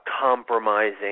compromising